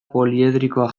poliedrikoa